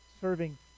serving